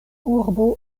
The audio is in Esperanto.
urbo